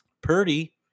Purdy